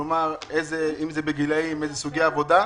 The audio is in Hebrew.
כלומר, גילאים ואיזה סוגי עבודה.